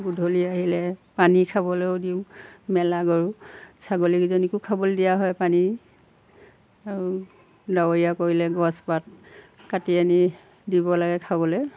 গধূলি আহিলে পানী খাবলৈও দিওঁ মেলা গৰু ছাগলীকেইজনীকো খাবলৈ দিয়া হয় পানী আৰু ডাৱৰীয়া কৰিলে গছ পাত কাটি আনি দিব লাগে খাবলৈ